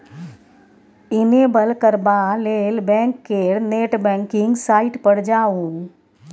enable करबा लेल bank केर नेट बैंकिंग साइट पर जाउ